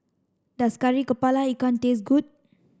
does Kari Kepala Ikan taste good